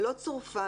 לא צורפה,